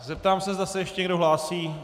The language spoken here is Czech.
Zeptám se, zda se ještě někdo hlásí.